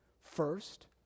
first